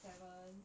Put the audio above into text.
seven